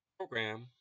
program